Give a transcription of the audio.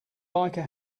biker